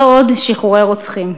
לא עוד שחרורי רוצחים.